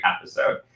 episode